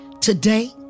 Today